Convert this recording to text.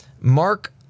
Mark